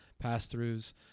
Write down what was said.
pass-throughs